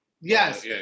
Yes